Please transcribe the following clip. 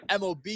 MOB